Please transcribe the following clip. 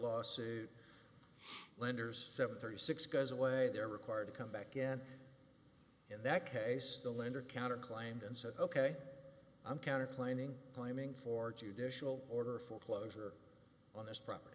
lawsuit lenders seven thirty six goes away they're required to come back again in that case the lender counter claimed and said ok i'm kind of climbing climbing for judicial order for closure on this property